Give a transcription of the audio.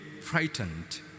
frightened